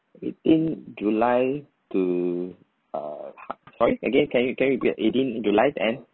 eighteen july to uh ha~ sorry again can you can you get eighteenth july and